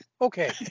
Okay